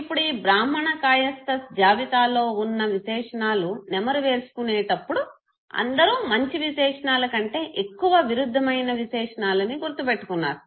ఇప్పుడు ఈ బ్రాహ్మణ కాయస్థాస్ జాబితాలో వున్నా విశేషణాలు నెమరువేసుకునేటప్పుడు అందరూ మంచి విశేషణాలకంటే ఎక్కువ విరుద్ధమైన విశేషణాలని గుర్తుపెట్టుకున్నారు